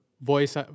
voice